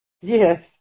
Yes